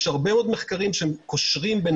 ויש עוד הרבה מאוד מחקרים שקושרים בין